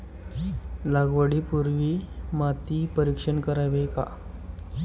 लागवडी पूर्वी माती परीक्षण करावे का?